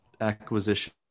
acquisition